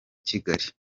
kigali